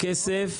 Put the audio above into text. הכסף,